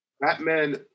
Batman